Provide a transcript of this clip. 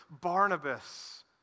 Barnabas